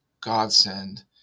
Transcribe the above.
godsend